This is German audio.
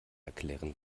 erklären